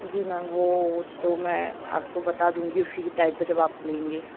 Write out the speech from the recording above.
जी ma'am वो तो मैं आप को बता दूँगी उसी टाइम पर जब आप लेंगे